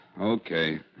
Okay